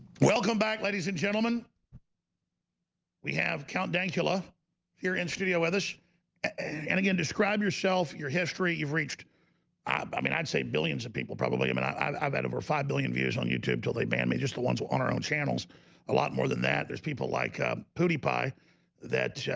welcome back ladies and gentlemen we have count d'angela here in studio with us and again describe yourself your history. you've reached ah but i mean i'd say billions of people probably i mean i've had over five billion views on youtube till they ban me just the ones on our own channels a lot more than that there's people like ah pudy pie that